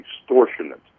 extortionate